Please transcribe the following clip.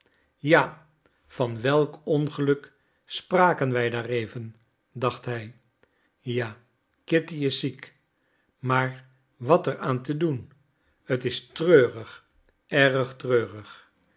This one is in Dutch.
ja van welk ongeluk spraken wij daar even dacht hij ja kitty is ziek maar wat er aan te doen t is treurig erg treurig